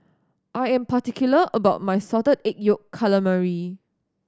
I am particular about my Salted Egg Yolk Calamari